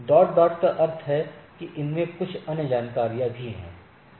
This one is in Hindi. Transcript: डॉट डॉट का अर्थ है कि इसमें कुछ अन्य जानकारी भी है